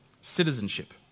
citizenship